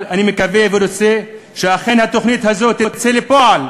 אבל אני מקווה ורוצה שאכן התוכנית הזאת תצא לפועל.